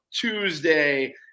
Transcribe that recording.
Tuesday